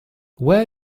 where